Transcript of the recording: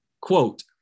Quote